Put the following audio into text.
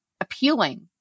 appealing